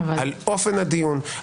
על אופן הדיון,